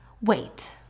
Wait